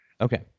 Okay